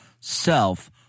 Self